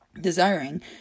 Desiring